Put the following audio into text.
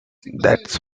that’s